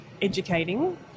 educating